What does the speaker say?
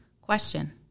question